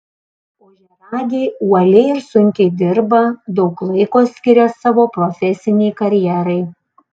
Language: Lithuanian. ožiaragiai uoliai ir sunkiai dirba daug laiko skiria savo profesinei karjerai